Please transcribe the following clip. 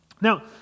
Now